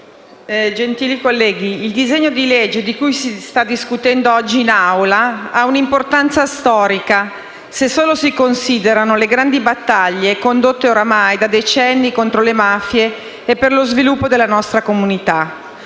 il disegno di legge di cui si sta discutendo oggi in Assemblea ha un'importanza storica se solo si considerano le grandi battaglie, condotte ormai da decenni, contro le mafie e per lo sviluppo della nostra comunità.